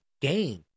game